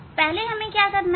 पहले हमें क्या करना है